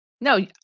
No